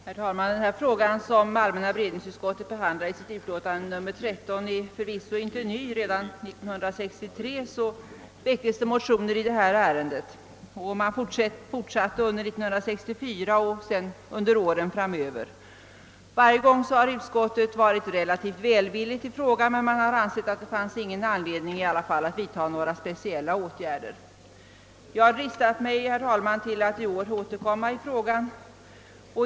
Herr talman! Den fråga som allmänna beredningsutskottet behandlar i sitt utlåtande nr 13 är förvisso inte ny. Redan år 1963 väcktes motioner i detta ärende, och man fortsatte år 1964 och framöver. Varje gång har utskottet behandlat frågan relativt välvilligt men har ansett att det inte fanns någon anledning att vidta speciella åtgärder. Jag har, herr talman, dristat mig till att i år återkomma i frågan.